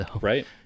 Right